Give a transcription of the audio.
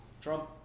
Trump